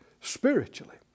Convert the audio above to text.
spiritually